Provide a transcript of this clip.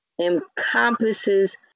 encompasses